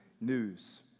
news